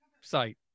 site